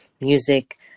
music